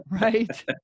right